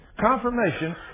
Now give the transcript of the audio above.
confirmation